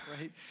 Right